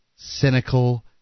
cynical